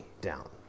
down